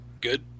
good